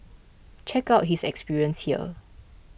check out his experience here